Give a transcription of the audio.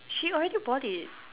she already bought it